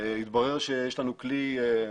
התברר שיש לנו כלי,